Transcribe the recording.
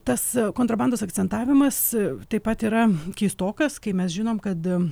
tas kontrabandos akcentavimas taip pat yra keistokas kai mes žinom kad